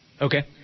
Okay